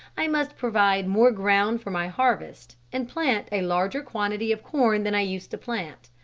i must provide more ground for my harvest and plant a larger quantity of corn than i used to plant.